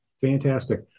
Fantastic